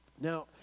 Now